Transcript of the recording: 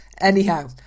Anyhow